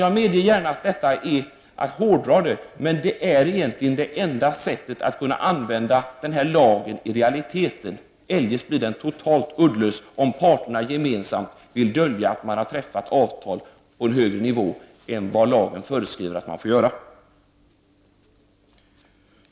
Jag medger gärna att detta är att hårdra det hela, men det är egentligen det enda sätt på vilket lagen i realiteten kan användas. Eljest blir den totalt uddlös, om parterna gemensamt vill dölja att man har träffat avtal på en högre nivå än vad lagen föreskriver att man får göra.